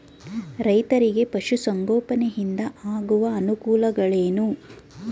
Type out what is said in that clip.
ರೈತರಿಗೆ ಪಶು ಸಂಗೋಪನೆಯಿಂದ ಆಗುವ ಅನುಕೂಲಗಳೇನು?